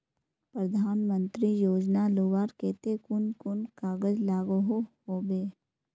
प्रधानमंत्री योजना लुबार केते कुन कुन कागज लागोहो होबे?